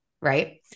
right